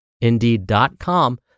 Indeed.com